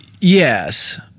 Yes